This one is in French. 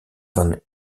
van